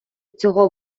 цього